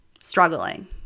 struggling